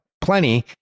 plenty